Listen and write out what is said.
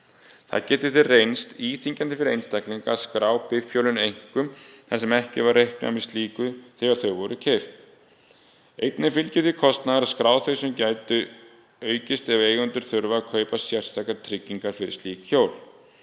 Það getur því reynst íþyngjandi fyrir einstaklinga að skrá bifhjólin, einkum þar sem ekki var reiknað með slíku þegar þau voru keypt. Einnig fylgir því kostnaður að skrá þau sem gæti aukist ef eigendur þurfa að kaupa sérstakar tryggingar fyrir slík hjól.